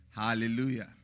hallelujah